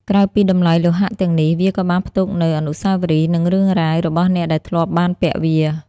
ក្រៅពីតម្លៃលោហៈទាំងនេះ វាក៏បានផ្ទុកនូវ អនុស្សាវរីយ៍ និង រឿងរ៉ាវ របស់អ្នកដែលធ្លាប់បានពាក់វា។